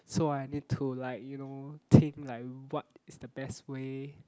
so I need to like you know think like what is the best way